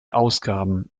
ausgaben